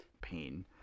pain